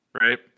right